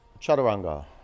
chaturanga